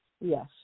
Yes